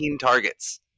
targets